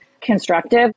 constructive